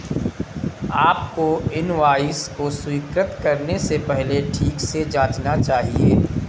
आपको इनवॉइस को स्वीकृत करने से पहले ठीक से जांचना चाहिए